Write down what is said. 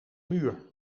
muur